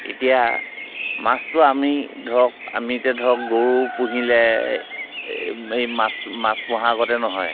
এতিয়া মাছটো আমি ধৰক আমি এতিয়া ধৰক গৰু পুহিলে এই মাছ মাছ পোহাগতে নহয়